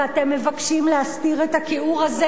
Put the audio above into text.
ואתם מבקשים להסתיר את הכיעור הזה